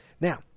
Now